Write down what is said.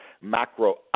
macro